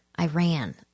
Iran